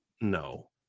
No